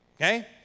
Okay